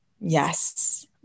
Yes